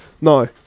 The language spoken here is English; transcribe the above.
No